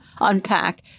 unpack